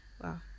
Wow